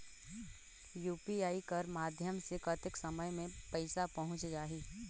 UPI कर माध्यम से कतेक समय मे पइसा पहुंच जाहि?